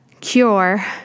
cure